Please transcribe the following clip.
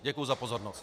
Děkuji za pozornost.